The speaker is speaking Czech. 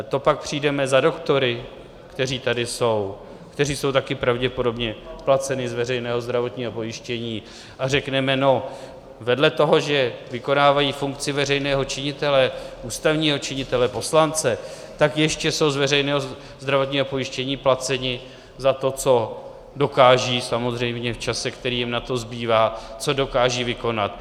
To pak přijdeme za doktory, kteří tady jsou, kteří jsou taky pravděpodobně placeni z veřejného zdravotního pojištění, a řekneme: Vedle toho, že vykonávají funkci veřejného činitele, ústavního činitele, poslance, tak ještě jsou z veřejného zdravotního pojištění placeni za to, co dokážou samozřejmě v čase, který jim na to zbývá vykonat.